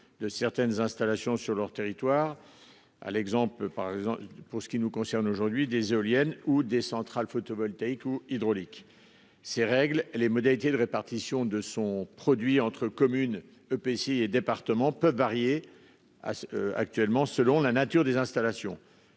de certaines installations sur leur territoire. À l'exemple par exemple pour ce qui nous concerne aujourd'hui des éoliennes ou des centrales photovoltaïque ou hydraulique. Ces règles. Les modalités de répartition de son produit entre communes, EPCI et départements peuvent varier à ce actuellement selon la nature des installations